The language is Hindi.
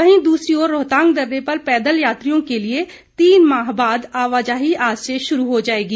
वहीं दूसरी ओर रोहतांग दर्रे पर पैदल यात्रियों के लिए तीन माह बाद आवाजाही आज से शुरू हो जाएगी